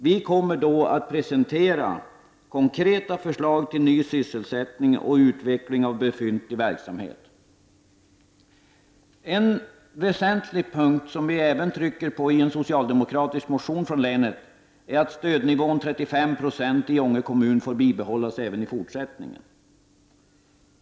Vi kommer då att presentera konkreta förslag till ny sysselsättning och till utveckling av befintlig verksamhet. En väsentlig punkt som vi även trycker på i en socialdemokratisk motion från länet är att stödnivån på 35 96 i Ånge kommun skall få bibehållas även i fortsättningen.